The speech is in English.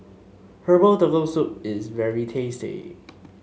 Herbal Turtle Soup is very tasty